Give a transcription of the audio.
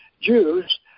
Jews